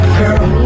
girl